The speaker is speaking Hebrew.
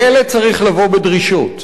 לאלה צריך לבוא בדרישות.